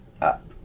up